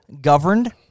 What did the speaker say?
governed